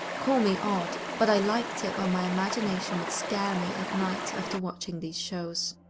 call me odd, but i liked it when my imagination would scare me at night after watching these shows.